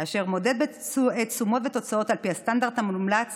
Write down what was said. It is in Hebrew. אשר מודד תשומות ותוצאות על פי הסטנדרט המומלץ